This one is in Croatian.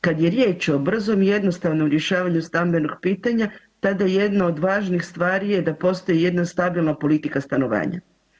Kad je riječ o brzom i jednostavnom rješavanju stambenog pitanja tada jedno od važnih stvari je da postoji jedna stabilna politika stanovanja.